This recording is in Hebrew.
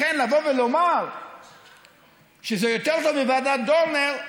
לכן לבוא ולומר שזה יותר טוב מוועדת דורנר,